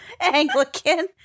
Anglican